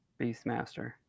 Beastmaster